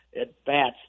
at-bats